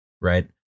right